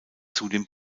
zudem